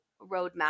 roadmap